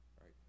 right